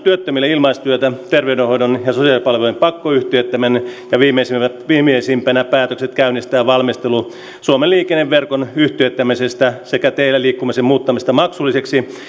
työttömillä ilmaistyötä terveydenhoidon ja sosiaalipalvelujen pakkoyhtiöittäminen ja viimeisimpänä päätökset käynnistää valmistelu suomen liikenneverkon yhtiöittämisestä sekä teillä liikkumisen muuttamisesta maksulliseksi